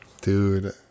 Dude